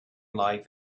life